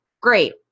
great